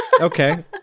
Okay